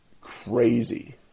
crazy